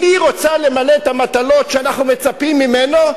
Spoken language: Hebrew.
אם הוא רוצה למלא את המטלות שאנחנו מצפים ממנה,